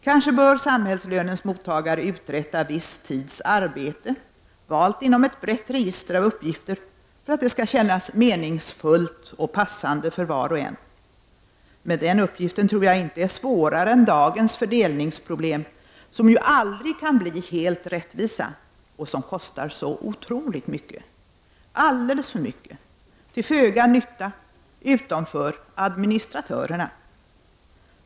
Kanske bör samhällslönens mottagare uträtta viss tids arbete, valt inom ett brett register av uppgifter för att det skall kännas meningsfullt och passande för var och en. Men den uppgiften tror jag inte är svårare än dagens fördelningsproblem. Här kan vi aldrig nå full rättvisa, och det kostar otroligt mycket, alldeles för mycket, till föga nytta utom för administratörerna.